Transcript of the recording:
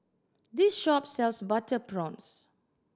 this shop sells butter prawns